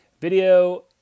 video